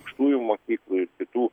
aukštųjų mokyklų ir kitų